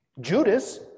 Judas